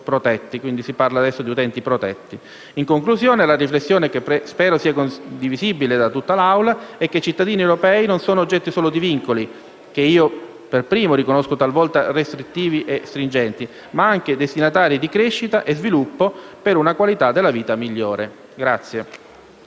quindi ora si parla di utenti protetti. In conclusione, la riflessione che spero sia condivisibile da tutta l'Assemblea, è che i cittadini europei non sono oggetto solo di vincoli - che io per primo riconosco talvolta restrittivi e stringenti - ma anche destinatari di crescita e sviluppo per una qualità della vita migliore.